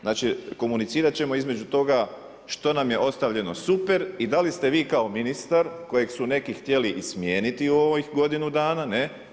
Znači, komunicirat ćemo između toga što nam je ostavljeno super i da li ste vi kao ministar kojeg su neki htjeli i smijeniti u ovih godinu dana, ne?